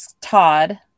Todd